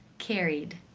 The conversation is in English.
carried.